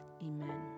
amen